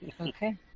Okay